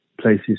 places